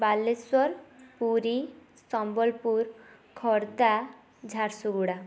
Balasore Puri Sambalpur Khordha Jharsuguda